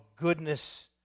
goodness